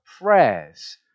prayers